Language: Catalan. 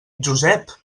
josep